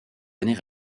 années